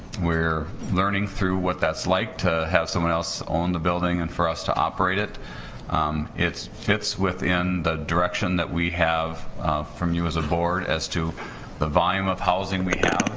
we're learning through what that's like to have someone else on the building and for us to operate it it fits within the direction that we have from you as a board as to the volume of housing we have